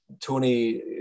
Tony